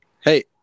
hey